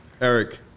Eric